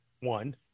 one